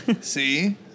See